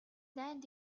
дайнд